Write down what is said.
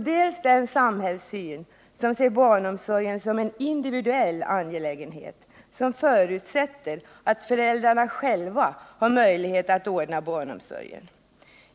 dels den som ser barnomsorgen som en individuell angelägenhet, som förutsätter att föräldrarna själva har möjlighet att ordna barnomsorgen.